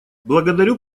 благодарю